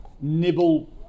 nibble